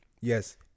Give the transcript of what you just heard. Yes